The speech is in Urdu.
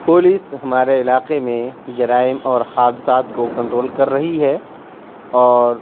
پولیس ہمارے علاقے میں جرائم اور حادثات کو کنٹرول کر رہی ہے اور